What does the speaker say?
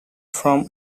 from